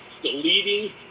deleting